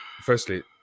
firstly